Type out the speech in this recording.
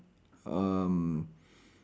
um